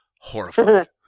horrified